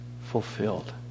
fulfilled